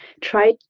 Try